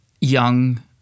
young